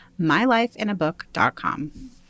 mylifeinabook.com